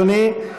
אדוני,